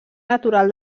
natural